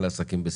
לעסקים בסיכון?